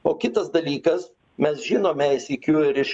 o kitas dalykas mes žinome sykiu ir iš